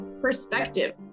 perspective